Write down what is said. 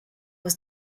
was